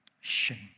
Shame